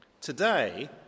Today